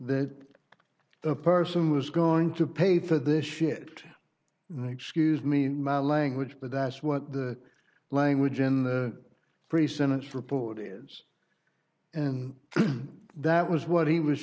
that the person was going to pay for this shit in excuse me in my language but that's what the language in the pre sentence report is and that was what he was